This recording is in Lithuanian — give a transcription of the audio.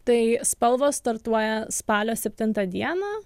tai spalvos startuoja spalio septintą dieną